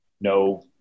No